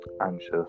anxious